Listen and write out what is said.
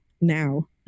now